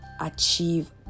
achieve